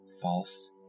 False